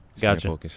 Gotcha